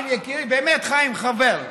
יקירי, באמת חיים, חבר.